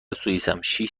سوئیسم، شش